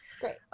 Great